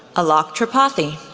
alok tripathy,